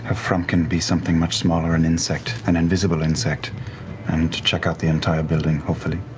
ah frumpkin be something much smaller, an insect, an invisible insect and to check out the entire building, hopefully.